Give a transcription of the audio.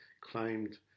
claimed